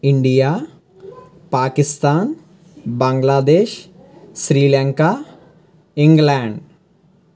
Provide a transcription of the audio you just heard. India Pakistan Bangladesh Sri Lanka England